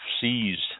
seized